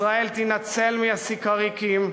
ישראל תינצל מהסיקריקים,